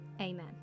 Amen